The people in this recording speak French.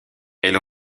elle